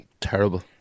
Terrible